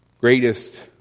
greatest